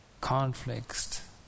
conflicts